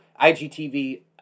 IGTV